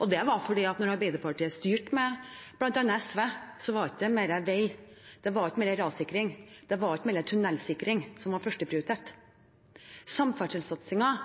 og det var at da Arbeiderpartiet styrte, med bl.a. SV, var det ikke mer vei, ikke mer rassikring, ikke mer tunnelsikring som var førsteprioritet. Samferdselssatsingen